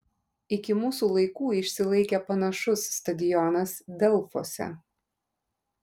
iki mūsų laikų išsilaikė panašus stadionas delfuose